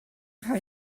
far